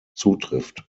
zutrifft